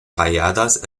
talladas